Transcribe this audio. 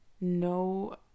no